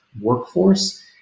workforce